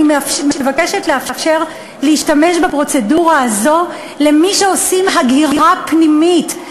אני מבקשת לאפשר להשתמש בפרוצדורה הזאת למי שעושים הגירה פנימית,